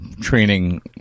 training